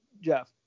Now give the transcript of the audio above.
Jeff